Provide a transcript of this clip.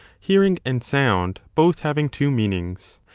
hearing and sound both having two meanings.